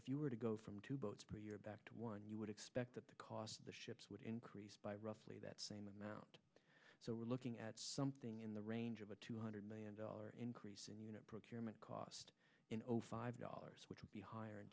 if you were to go from two boats per year back to one you would expect that the cost of the ships would increase by roughly that same amount so we're looking at something in the range of a two hundred million dollars increase in you know procurement cost you know five dollars which would be higher in